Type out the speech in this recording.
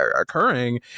occurring